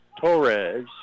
Torres